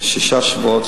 שישה שבועות,